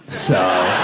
so,